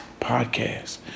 podcast